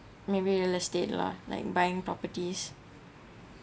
maybe real estate lah like buying properties